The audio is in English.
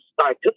start